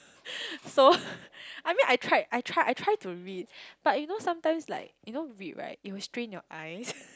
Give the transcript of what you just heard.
so I mean I tried I tried I tried to read but you know sometimes like you know read right it will strain your eyes